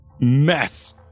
mess